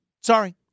Sorry